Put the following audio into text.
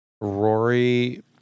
Rory